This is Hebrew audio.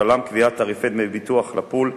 ובכללם קביעת תעריפי דמי הביטוח לפול,